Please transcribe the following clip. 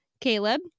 Caleb